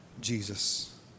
Jesus